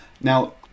Now